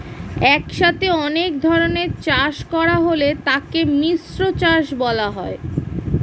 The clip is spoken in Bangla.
একসাথে অনেক ধরনের চাষ করা হলে তাকে মিশ্র চাষ বলা হয়